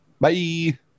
Bye